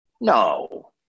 No